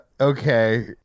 Okay